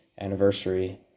anniversary